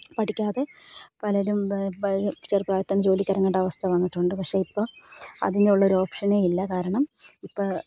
പഠിക്കാതെ പലരും ചെറുപ്രായത്തിൽ തന്നെ ജോലിക്കിറങ്ങേണ്ട അവസ്ഥ വന്നിട്ടുണ്ട് പക്ഷേ ഇപ്പോൾ അതിനുള്ളൊരു ഓപ്ഷനേ ഇല്ല കാരണം ഇപ്പോൾ